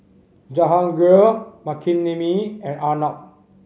Jahangir Makineni and Arnab